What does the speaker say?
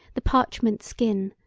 the parchment skin,